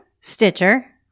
Stitcher